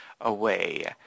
away